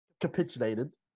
capitulated